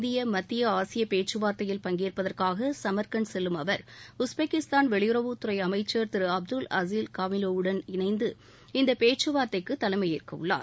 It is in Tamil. இந்திய மத்திய ஆசிய பேச்சுவார்த்தையில் பங்கேற்பதற்காக சமர்கண்ட் செல்லும் அவர் உஸ்பெகிஸ்தான் வெளியறவு அமைச்சர் திரு அப்துல் அஸ்ஸ் காமிலோவுடன் இணைந்து இந்த பேச்சுவார்த்தைக்கு தலைமை ஏற்கவுள்ளார்